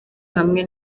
hamwe